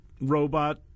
robot